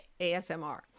ASMR